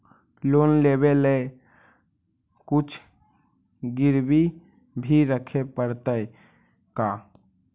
Loan लेबे ल कुछ गिरबी भी रखे पड़तै का?